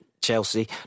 Chelsea